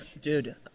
Dude